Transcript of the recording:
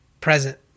present